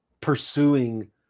pursuing